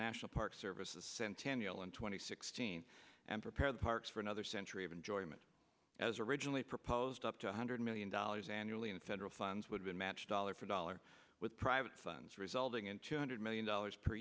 national park service the centennial in two thousand and sixteen and prepare the parks for another century of enjoyment as originally proposed up to one hundred million dollars annually in federal funds would be matched dollar for dollar with private funds resulting in two hundred million dollars per